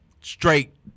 straight